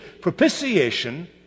Propitiation